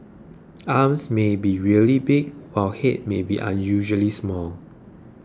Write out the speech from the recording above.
arms may be really big while head may be unusually small